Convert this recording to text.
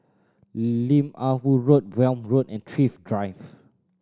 Lim Ah Woo Road Welm Road and Thrift Drive